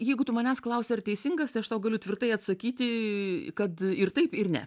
jeigu tu manęs klausi ar teisingas tai aš tau galiu tvirtai atsakyti kad ir taip ir ne